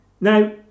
Now